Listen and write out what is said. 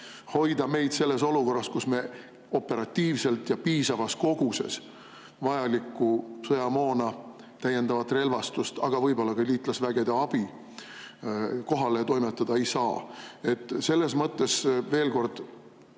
hoida meid selles olukorras, kus me operatiivselt ja piisavas koguses vajalikku sõjamoona, täiendavat relvastust, aga võib-olla ka liitlasvägede abi kohale toimetada ei saa. Veel kord